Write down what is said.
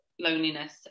loneliness